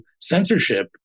censorship